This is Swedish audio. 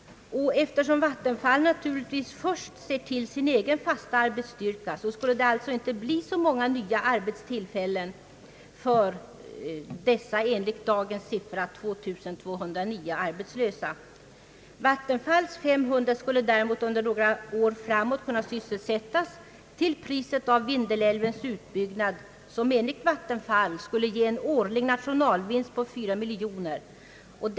Eftersom vattenfallsverket naturligtvis först ser till sin egen fasta arbetsstyrka, skulle det alltså inte bli så många nya arbetstillfällen för de i dag 2209 arbetslösa. Vattenfallsverkets 500 man skulle däremot under några år framåt kunna sysselsättas till priset av Vindelälvens utbyggnad, som enligt vattenfallsverket skulle ge en årlig nationalvinst på 4 miljoner kronor.